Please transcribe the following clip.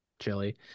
chili